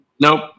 Nope